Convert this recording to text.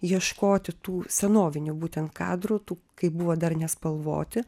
ieškoti tų senovinių būtent kadrų tų kai buvo dar nespalvoti